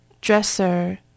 Dresser